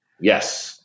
Yes